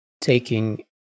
taking